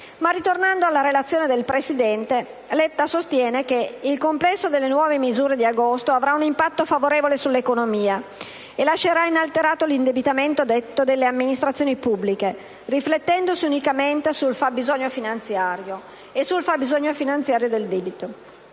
Tornando alla relazione del presidente Letta, si sostiene che il complesso delle nuove misure di agosto avrà un impatto favorevole sull'economia e lascerà inalterato l'indebitamento netto delle amministrazioni pubbliche, riflettendosi unicamente sul fabbisogno finanziario e sul debito.